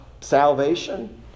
salvation